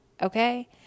Okay